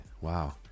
wow